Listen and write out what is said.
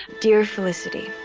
dear felicity.